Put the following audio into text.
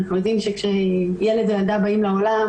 אנחנו יודעים שכאשר ילד או ילדה באים לעולם,